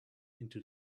into